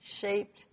shaped